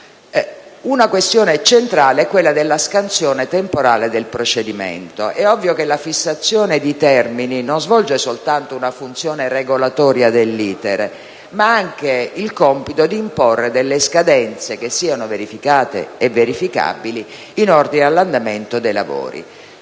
Una questione centrale è quella della scansione temporale del procedimento. È ovvio che la fissazione di termini non svolge soltanto una funzione regolatoria dell'*iter*, ma ha anche il compito di imporre delle scadenze che siano verificate e verificabili in ordine all'andamento dei lavori.